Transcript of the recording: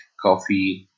coffee